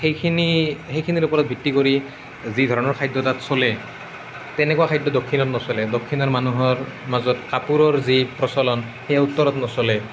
সেইখিনি সেইখিনিৰ ওপৰত ভিত্তি কৰি যি ধৰণৰ খাদ্য তাত চলে তেনেকুৱা খাদ্য দক্ষিণত নচলে দক্ষিণৰ মানুহৰ মাজত কাপোৰৰ যি প্ৰচলন সেয়া উত্তৰত নচলে